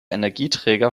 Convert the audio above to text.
energieträger